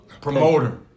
promoter